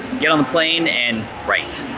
get on the plane, and write.